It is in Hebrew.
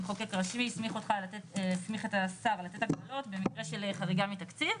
המחוקק הראשי הסמיך את השר לתת הגבלות במקרה של חריגה מתקציב,